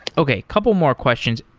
okay. a couple more question.